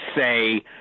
say